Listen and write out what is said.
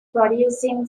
producing